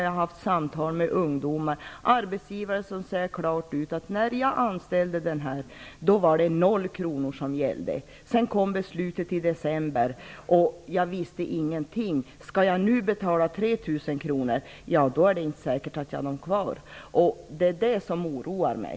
Jag har talat med arbetsgivare som klart säger att de när de anställde en ungdomspraktikant inte behövde betala något finansieringsbidrag och att det efter beslutet i december, som kom som överraskning för dem, innebärande att de måste betala 3 000 kr i månaden, inte är säkert att man kan ha kvar vederbörande. Det är detta som oroar mig.